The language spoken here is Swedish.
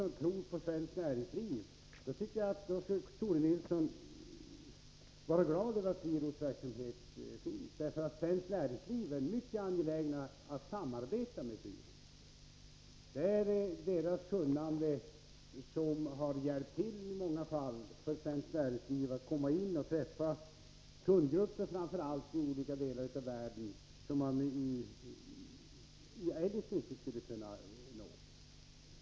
Herr talman! Om Tore Nilsson tror på svenskt näringsliv skulle Tore Nilsson, tycker jag, vara glad över att SweRoads verksamhet finns. Svenskt näringsliv är mycket angeläget att samarbeta med SweRoad. Dess kunnande har i många fall hjälpt svenskt näringsliv att i olika delar av världen träffa kundgrupper som man eljest inte skulle kunna nå.